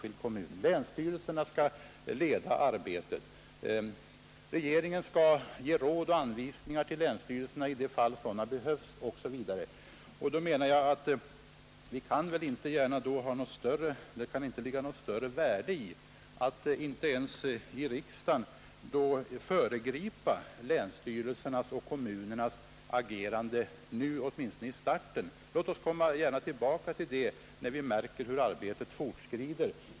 Länsstyrelserna skall leda arbetet. Regeringen skall ge råd och anvisningar till länsstyrelserna i de fall sådana behövs, osv. Det kan väl då inte heller för riksdagen ligga något större värde i att föregripa länsstyrelsernas och kommunernas agerande, åtminstone i starten. Låt oss gärna komma tillbaka till detta när vi märker hur arbetet fortskrider.